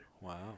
Wow